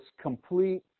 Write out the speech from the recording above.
complete